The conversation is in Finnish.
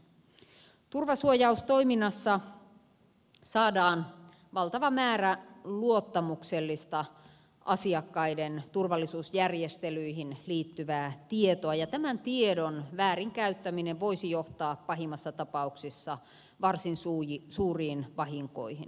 turvasuojaustoiminnassa saadaan valtava määrä asiakkaiden turvallisuusjärjestelyihin liittyviä luottamuksellisia tietoja ja näiden tietojen väärinkäyttäminen voisi johtaa pahimmassa tapauksessa varsin suuriin vahinkoihin